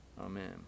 Amen